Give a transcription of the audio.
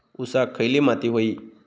ऊसाक खयली माती व्हयी?